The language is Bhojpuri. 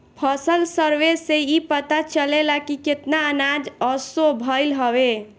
फसल सर्वे से इ पता चलेला की केतना अनाज असो भईल हवे